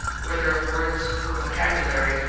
whether of words for vocabularies,